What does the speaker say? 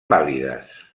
vàlides